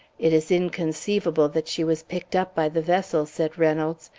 it is inconceivable that she was picked up by the vessel, said reynolds.